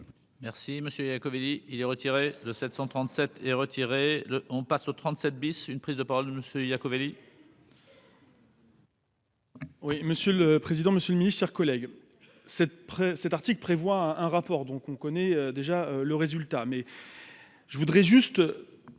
Merci monsieur et la comédie il est retiré de 737 est retiré le on passe aux 37 bis, une prise de parole de monsieur Iacovelli. Oui, monsieur le président, Monsieur le Ministre, chers collègues, cette près cet article prévoit un rapport donc on connaît déjà le résultat mais je voudrais juste